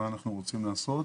מה אנחנו רוצים לעשות.